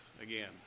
again